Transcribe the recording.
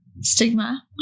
stigma